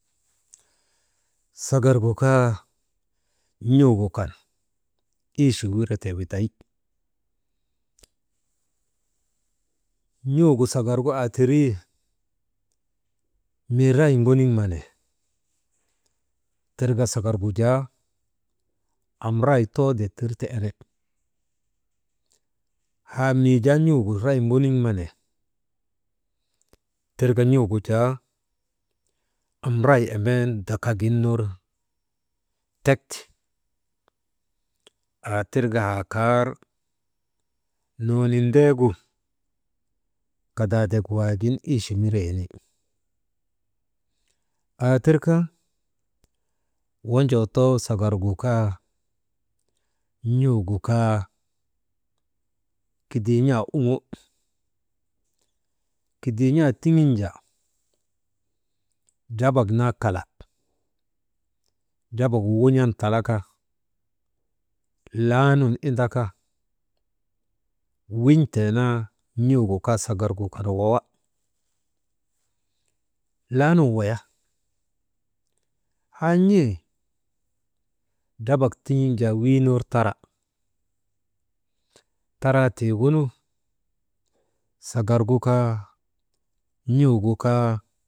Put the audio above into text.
Sagargu kaa n̰ugu kan ichi wiretee widay n̰ugu sagargu aa tirii, mii ray ŋoniŋ ma ne tirka sagargu jaa, am ray too dittir ti ene, haa mii jaa n̰uugu ray ŋoniŋ ma ne, tirka n̰uugu jaa am ray embeenu dakak gin ner tek aa tirka haa kar noonin deegu kadaadek waagin ichimiree ni, aa tirka wonjoo too sagargu kaa n̰uugu kaa kidiin̰aa uŋo kidiin̰aa tiŋin jaa drabak naa kalak drabagu wun̰an talaka laanun indaka win̰tee naa n̰uugu kaa sagargu kan waya, laanun waya haa n̰e drabak tin̰iŋ jaa wiiner wara, taraa tiigunu sagargu kaa n̰uugu kaa.